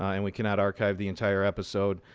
and we cannot archive the entire episode.